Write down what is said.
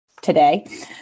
today